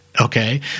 Okay